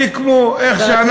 סיכמו איך שאנחנו,